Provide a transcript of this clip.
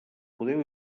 podeu